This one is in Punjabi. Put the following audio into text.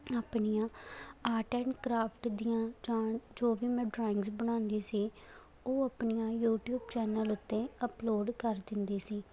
ਆਪਣੀਆਂ ਆਰਟ ਐਂਡ ਕਰਾਫਟ ਦੀਆਂ ਜਾਣ ਜੋ ਵੀ ਮੈਂ ਡਰਾਇੰਗਸ ਬਣਾਉਂਦੀ ਸੀ ਉਹ ਆਪਣੀਆਂ ਯੂਟੀਊਬ ਚੈਨਲ ਉੱਤੇ ਅਪਲੋਡ ਕਰ ਦਿੰਦੀ ਸੀ